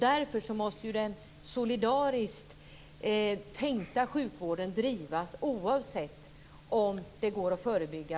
Därför måste den solidariskt tänkta sjukvården drivas oavsett om sjukdomen går att förebygga.